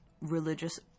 religious